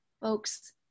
Folks